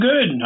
good